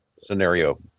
scenario